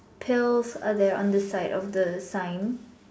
pills are there on the side of the sign